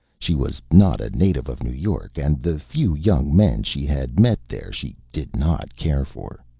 she was not a native of new york, and the few young men she had met there she did not care for.